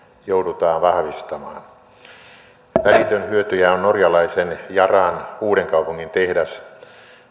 joudutaan vahvistamaan välitön hyötyjä on norjalaisen yaran uudenkaupungin tehdas